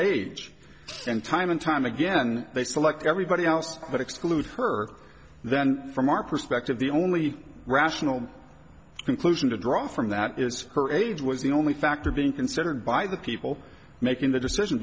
age and time and time again they select everybody else but exclude her then from our perspective the only rational conclusion to draw from that is her age was the only factor being considered by the people making the decision